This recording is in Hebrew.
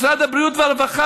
משרדי הבריאות והרווחה,